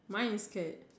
mine is skirt